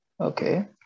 Okay